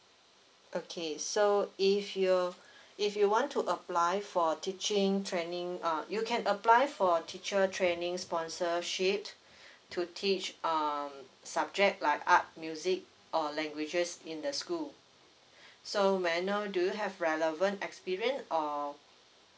okay so if you if you want to apply for teaching training uh you can apply for teacher training sponsorship to teach um subject like art music or languages in the school so may I know do you have relevant experience or